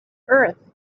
earth